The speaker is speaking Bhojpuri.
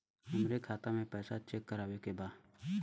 हमरे खाता मे पैसा चेक करवावे के बा?